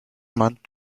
month